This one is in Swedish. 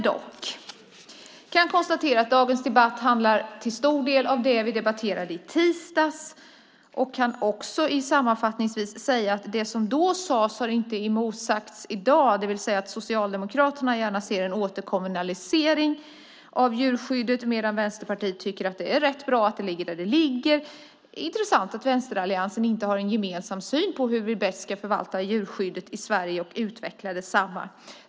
Jag kan konstatera att dagens debatt till stor del handlar om det vi debatterade i tisdags och kan sammanfattningsvis också säga att det som då sades inte har motsagts i dag, det vill säga att Socialdemokraterna gärna ser en återkommunalisering av djurskyddet medan Vänsterpartiet tycker att det är rätt bra att det ligger där det ligger. Det är intressant att vänsteralliansen inte har en gemensam syn på hur vi bäst ska förvalta djurskyddet i Sverige och utveckla detsamma.